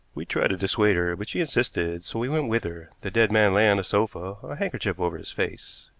we tried to dissuade her, but she insisted, so we went with her. the dead man lay on a sofa, a handkerchief over his face.